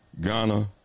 Ghana